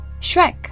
Shrek